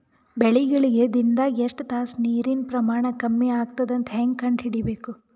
ಬೆಳಿಗಳಿಗೆ ದಿನದಾಗ ಎಷ್ಟು ತಾಸ ನೀರಿನ ಪ್ರಮಾಣ ಕಮ್ಮಿ ಆಗತದ ಅಂತ ಹೇಂಗ ಕಂಡ ಹಿಡಿಯಬೇಕು?